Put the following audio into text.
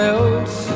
else